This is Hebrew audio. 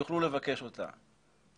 יוכלו לבקש אותה.